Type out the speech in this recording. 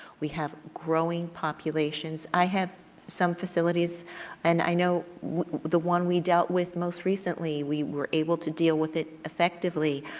we have growing populations. i have some facilities and i know the one we dealt with most recently, we were able to deal with it effectively.